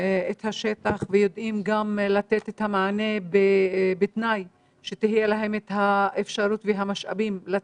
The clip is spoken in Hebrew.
את השטח ויודעים לתת את המענה בתנאי שלשם כך תהיה להם האפשרות והמשאבים.